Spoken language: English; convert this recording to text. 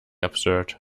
absurd